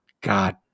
God